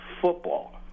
football